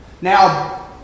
Now